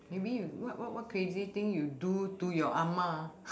maybe what what what crazy thing you do to your ah-ma